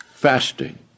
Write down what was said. Fasting